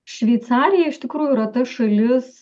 šveicarija iš tikrųjų yra ta šalis